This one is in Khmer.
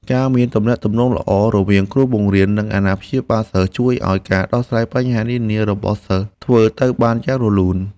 ការមានទំនាក់ទំនងល្អរវាងគ្រូបង្រៀននិងអាណាព្យាបាលសិស្ស ជួយឱ្យការដោះស្រាយបញ្ហានានារបស់សិស្សធ្វើទៅបានយ៉ាងរលូន។